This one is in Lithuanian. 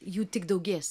jų tik daugės